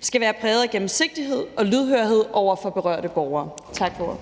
skal være præget af gennemsigtighed og lydhørhed over for berørte borgere. Tak for